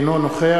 אינו נוכח